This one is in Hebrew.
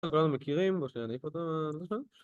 כולנו מכירים, בוא שנייה נדליק פה את הזה שלנו